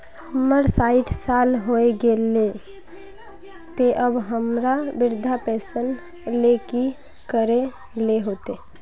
हमर सायट साल होय गले ते अब हमरा वृद्धा पेंशन ले की करे ले होते?